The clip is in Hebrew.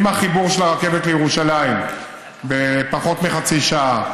עם החיבור של הרכבת לירושלים בפחות מחצי שעה,